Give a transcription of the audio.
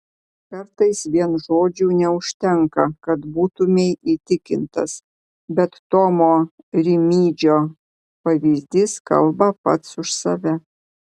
kartais vien žodžių neužtenka kad būtumei įtikintas bet tomo rimydžio pavyzdys kalba pats už save